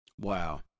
Wow